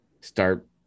start